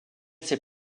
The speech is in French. ses